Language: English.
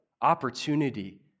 opportunity